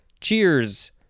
cheers